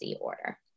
order